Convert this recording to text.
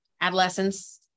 adolescents